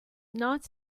not